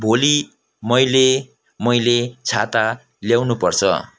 भोलि मैले मैले छाता ल्याउनुपर्छ